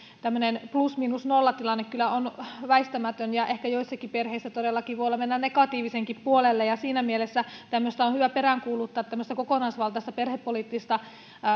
tämmöinen plus miinus nolla tilanne kyllä on väistämätön ja ehkä joissakin perheissä todellakin voi mennä negatiivisenkin puolelle siinä mielessä on hyvä peräänkuuluttaa tämmöistä kokonaisvaltaista perhepoliittista